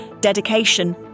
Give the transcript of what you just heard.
dedication